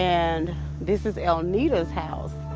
and this is elnita's house,